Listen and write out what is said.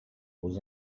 was